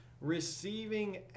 receiving